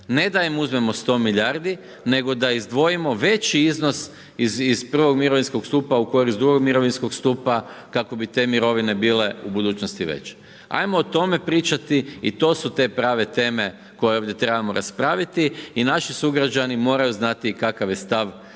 ne da im uzmemo 100 milijardi, nego da izdvojimo veći iznos iz I. mirovinskog stupa u korist II. mirovinskog stupa kako bi te mirovine bile u budućnosti veće. Ajmo o tome pričati i to su te prave teme koje ovdje trebamo raspraviti i naši sugrađani moraju znati kakav je stav